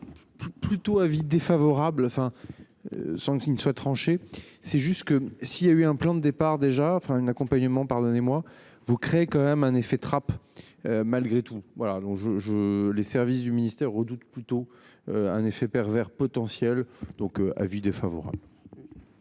Plutôt avis défavorable, enfin. Sans qu'il ne soit tranchée. C'est juste que s'il y a eu un plan de départs déjà enfin une accompagnement pardonnez-moi vous créez quand même un effet trappe. Malgré tout, voilà donc je je les services du ministère redoute plutôt. Un effet pervers potentiels donc avis défavorable.